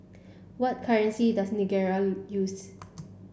what currency does Nigeria use